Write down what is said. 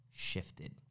Shifted